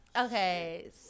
Okay